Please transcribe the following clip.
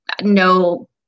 no